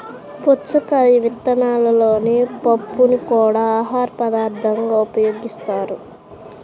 పుచ్చకాయ విత్తనాలలోని పప్పుని కూడా ఆహారపదార్థంగా ఉపయోగిస్తారు